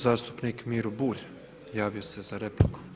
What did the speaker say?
Zastupnik Miro Bulj, javio se za repliku.